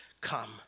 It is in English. come